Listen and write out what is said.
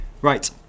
Right